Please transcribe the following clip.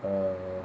err